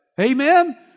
Amen